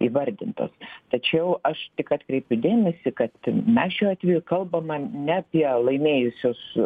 įvardintos tačiau aš tik atkreipiu dėmesį kad mes šiuo atveju kalbama ne apie laimėjusius